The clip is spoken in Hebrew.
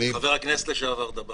חבר הכנסת לשעבר, דבאח.